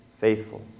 faithful